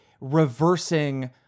reversing